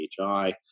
PHI